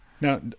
Now